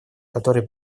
которые